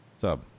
Sub